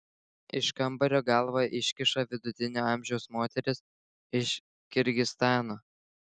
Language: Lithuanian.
iš kambario galvą iškiša vidutinio amžiaus moteris iš kirgizstano